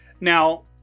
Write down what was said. Now